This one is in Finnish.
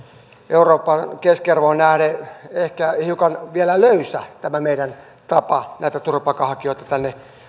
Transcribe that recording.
euroopan keskiarvoon nähden ehkä vielä hiukan löysä tämä meidän tapamme näitä turvapaikanhakijoita tänne ottaa